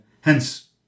hence